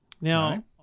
Now